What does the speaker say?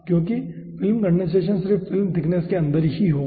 क्योंकि film condensation सिर्फ film thickness के अंदर ही होगा